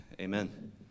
amen